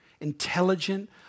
intelligent